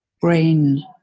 brain